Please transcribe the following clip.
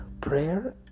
Prayer